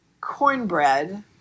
cornbread